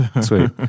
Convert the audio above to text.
Sweet